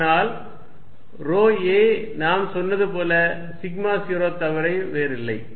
ஆனால் ρ a நாம் சொன்னது போல σ0 தவிர வேறில்லை